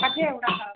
अझै एउटा छ